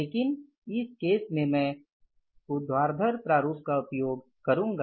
लेकिन इस केस में मैं ऊर्ध्वाधर प्रारूप का उपयोग करूंगा